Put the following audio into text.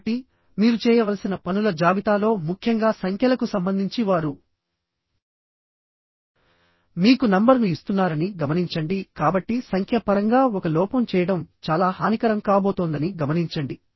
కాబట్టిమీరు చేయవలసిన పనుల జాబితాలో ముఖ్యంగా సంఖ్యలకు సంబంధించి వారు మీకు నంబర్ను ఇస్తున్నారని గమనించండి కాబట్టి సంఖ్య పరంగా ఒక లోపం చేయడం చాలా హానికరం కాబోతోందని గమనించండి